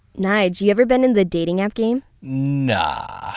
nyge, you ever been in the dating app game? nah,